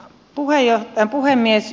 arvoisa puhemies